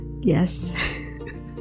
Yes